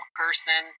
person